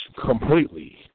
completely